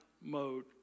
mode